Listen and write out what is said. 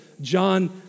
John